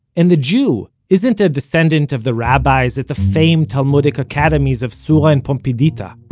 and the jew isn't a descendant of the rabbis at the famed talmudic academies of sura and pumbedita,